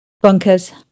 Bunkers